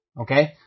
Okay